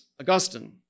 Augustine